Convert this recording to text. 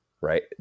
right